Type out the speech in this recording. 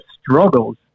struggles